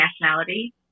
nationality